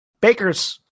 Bakers